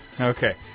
Okay